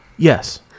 Yes